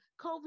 COVID